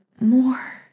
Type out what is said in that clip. More